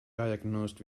diagnosed